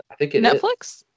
Netflix